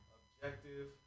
objective